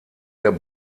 der